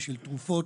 בשביל תרופות,